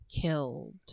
killed